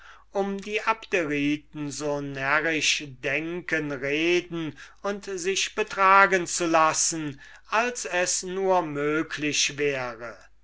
um die abderiten so närrisch denken reden und sich betragen zu lassen als es nur möglich wäre